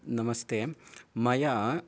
नमस्ते मया